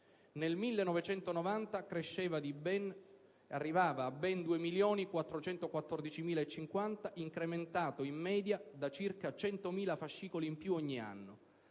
Nel 1990 arrivava a ben 2.414.050 procedimenti, incrementato in media da circa 100.000 fascicoli in più ogni anno.